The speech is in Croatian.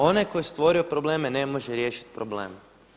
Onaj tko je stvorio probleme ne može riješiti probleme.